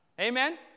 Amen